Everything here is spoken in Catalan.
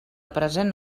present